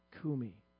kumi